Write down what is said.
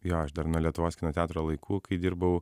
jo aš dar nuo lietuvos kino teatro laikų kai dirbau